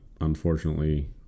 unfortunately